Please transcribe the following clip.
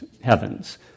heavens